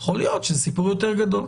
יכול להיות שזה סיפור יותר גדול.